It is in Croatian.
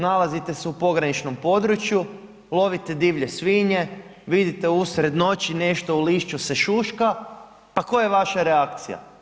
Nalazite se u pograničnom području, lovite divlje svinje, vidite usred noći, nešto u lišću se šuška, pa koja je vaša reakcija?